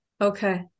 Okay